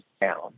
down